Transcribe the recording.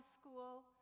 school